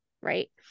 right